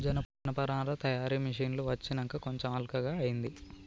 జనపనార తయారీ మిషిన్లు వచ్చినంక కొంచెం అల్కగా అయితాంది